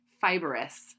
fibrous